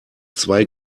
zwei